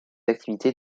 activités